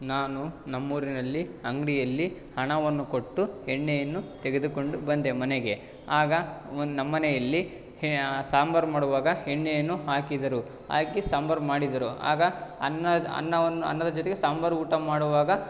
ನಾನು ನಮ್ಮೂರಿನಲ್ಲಿ ಅಂಗಡಿಯಲ್ಲಿ ಹಣವನ್ನು ಕೊಟ್ಟು ಎಣ್ಣೆಯನ್ನು ತೆಗೆದುಕೊಂಡು ಬಂದೆ ಮನೆಗೆ ಆಗ ಒಂದು ನಮ್ಮನೆಯಲ್ಲಿ ಸಾಂಬಾರು ಮಾಡುವಾಗ ಎಣ್ಣೆಯನ್ನು ಹಾಕಿದರು ಹಾಕಿ ಸಾಂಬಾರು ಮಾಡಿದರು ಆಗ ಅನ್ನ ಅನ್ನವನ್ನು ಅನ್ನದ ಜೊತೆಗೆ ಸಾಂಬಾರು ಊಟ ಮಾಡುವಾಗ